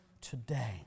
today